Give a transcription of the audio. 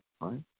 right